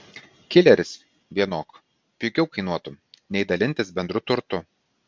kileris vienok pigiau kainuotų nei dalintis bendru turtu